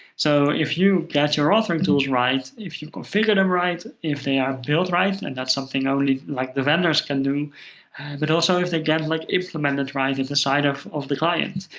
so if you get your authoring tools right, if you configure them right, if they are built right and and that's something only like the vendors can do but also if they get like implemented right, the side of of the client.